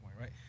right